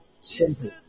Simple